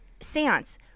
Seance